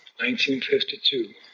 1952